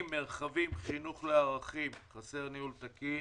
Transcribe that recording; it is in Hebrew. עמותה מספר 80 (מרחבים חינוך לערכים) חסר אישור ניהול תקין.